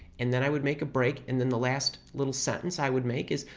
and then i would make a break, and then the last little sentence i would make is,